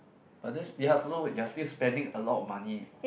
but thats ya also you are still spending a lot of money